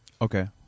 okay